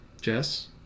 Jess